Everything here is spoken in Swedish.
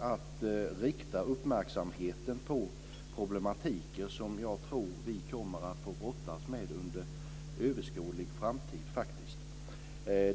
att rikta uppmärksamheten på en problematik som jag tror att vi kommer att få brottas med under överskådlig framtid.